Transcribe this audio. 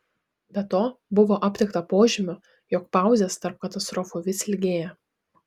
be to buvo aptikta požymių jog pauzės tarp katastrofų vis ilgėja